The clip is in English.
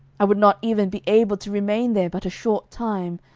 i would not even be able to remain there but a short time,